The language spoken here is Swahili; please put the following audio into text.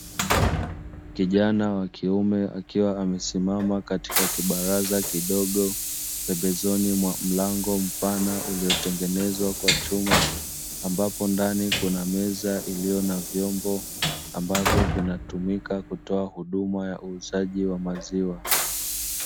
Kijana wa kiume akiwa amesimama katika kibaraza kidogo pembezoni mwa mlango mpana, uliotengenezwa kwa chuma ambapo ndani kuna meza iliyo na vyombo ambavyo vinatumika kutoa huduma ya uuzaji wa maziwa.